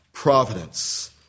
Providence